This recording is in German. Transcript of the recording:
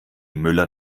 müller